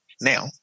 now